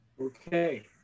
Okay